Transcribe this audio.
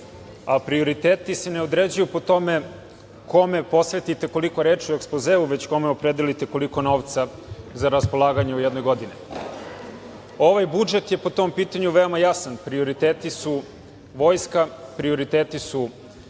a prioriteti se ne određuju po tome kome ćete da posvetite koliko reči u ekspozeu, već kome opredelite koliko novca za raspolaganje u jednoj godini. Ovaj budžet je po tom pitanju veoma jasan. Prioriteti su vojska, prioriteti su